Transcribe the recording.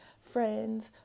friends